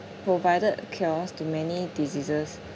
provided cures to many diseases